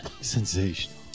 sensational